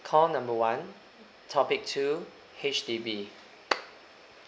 call number one topic two H_D_B